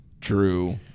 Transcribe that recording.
true